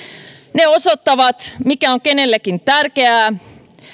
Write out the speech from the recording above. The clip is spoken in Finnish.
ne osoittavat mikä on kenellekin tärkeää